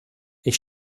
ich